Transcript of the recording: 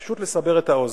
פשוט לסבר את האוזן.